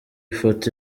foto